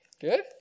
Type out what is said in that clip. Good